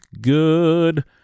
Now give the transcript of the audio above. good